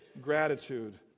gratitude